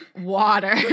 Water